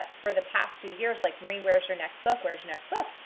for the past few years like, marie, where's your next book? where's your next book?